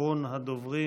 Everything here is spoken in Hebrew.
אחרון הדוברים,